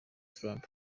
trump